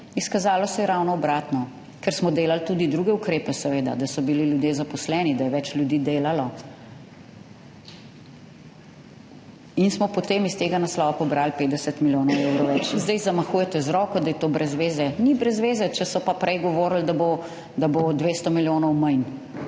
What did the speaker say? izkazalo se je ravno obratno, ker smo delali tudi druge ukrepe, seveda, da so bili ljudje zaposleni, da je več ljudi delalo in smo potem iz tega naslova pobrali 50 milijonov evrov več. Zdaj zamahujete z roko, da je to brez veze, ni brez veze, če so pa prej govorili, da bo 200 milijonov manj,